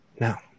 Now